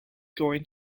going